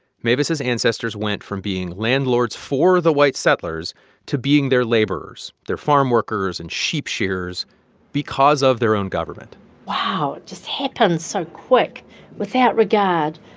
mavis's ancestors went from being landlords for the white settlers to being their laborers, their farm workers and sheep shearers because of their own government wow. it just happened so quick without regard.